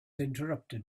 interrupted